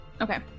Okay